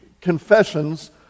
confessions